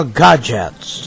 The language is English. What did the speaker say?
gadgets